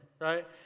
right